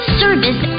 service